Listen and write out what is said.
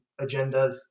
agendas